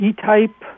E-Type